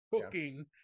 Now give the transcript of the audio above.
cooking